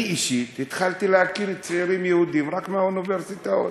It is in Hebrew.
אני אישית התחלתי להכיר צעירים יהודים רק באוניברסיטאות.